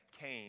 came